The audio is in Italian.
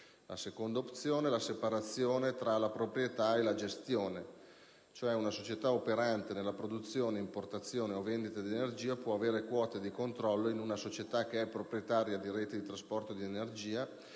La seconda opzione consiste nella separazione tra proprietà e gestione, cioè una società operante nella produzione, importazione o vendita di energia può avere quote di controllo in una società che è proprietaria di reti di trasporto di energia,